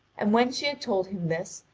and when she had told him this,